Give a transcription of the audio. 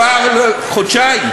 הפער, חודשיים.